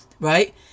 right